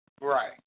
Right